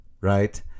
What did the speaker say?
right